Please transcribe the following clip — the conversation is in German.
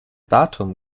datum